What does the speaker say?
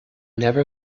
never